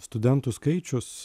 studentų skaičius